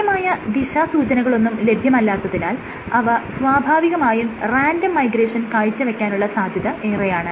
കൃത്യമായ ദിശാസൂചനകളൊന്നും ലഭ്യമല്ലാത്തതിനാൽ അവ സ്വാഭാവികമായും റാൻഡം മൈഗ്രേഷൻ കാഴ്ച്ചവെക്കാനുള്ള സാധ്യത ഏറെയാണ്